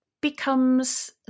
becomes